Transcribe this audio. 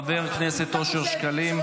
חבר הכנסת אושר שקלים,